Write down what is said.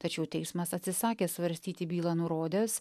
tačiau teismas atsisakė svarstyti bylą nurodęs